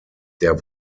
der